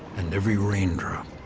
and every rain drop,